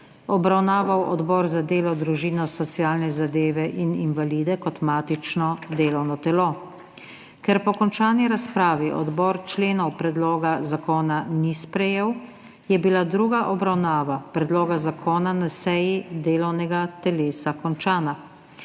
obravnaval Odbor za delo, družino, socialne zadeve in invalide kot matično delovno telo. Ker po končani razpravi odbor členov predloga zakona ni sprejel, je bila druga obravnava predloga zakona na seji delovnega telesa končana.